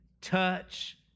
touch